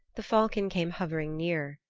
the falcon came hovering near.